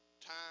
time